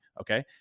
Okay